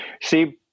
See